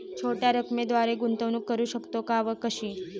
छोट्या रकमेद्वारे गुंतवणूक करू शकतो का व कशी?